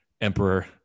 Emperor